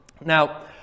Now